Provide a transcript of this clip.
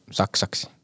saksaksi